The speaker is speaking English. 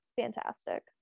fantastic